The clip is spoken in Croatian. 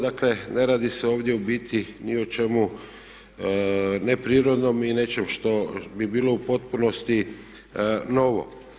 Dakle ne radi se ovdje u biti ni o čemu neprirodnom i nečem što bi bilo u potpunosti novo.